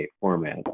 format